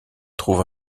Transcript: trouve